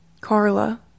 Carla